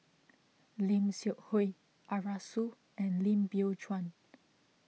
Lim Seok Hui Arasu and Lim Biow Chuan